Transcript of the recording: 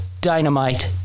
Dynamite